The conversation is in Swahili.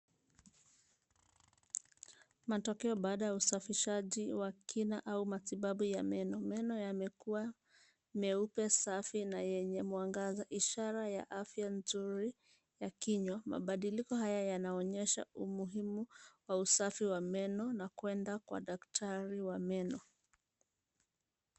Matokeo baada ya usafishaji wa kina au matibabu ya meno. Meno yamekuwa meupe, safi na yenye mwangaza. Mabadiliko haya yanaonyesha umuhimu wa usafi wa meno na kwenda kwa daktari wa meno.